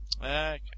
Okay